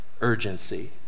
urgency